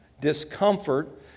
Discomfort